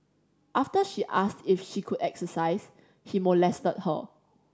after she asked if she could exercise he molested her